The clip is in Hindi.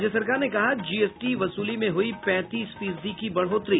राज्य सरकार ने कहा जीएसटी वसूली में हुई पैंतीस फीसदी की बढ़ोतरी